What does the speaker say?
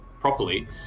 properly